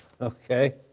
okay